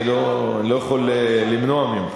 אני לא יכול למנוע ממך.